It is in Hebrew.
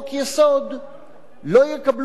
לא יקבלו אותם המפלגות החרדיות,